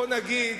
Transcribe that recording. בוא נגיד